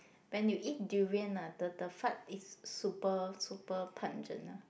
when you eat durian ah the the fart is super super pungent ah